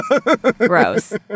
Gross